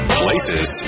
places